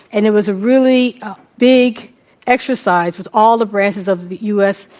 and it was a really big exercise, with all the branches of the u. s.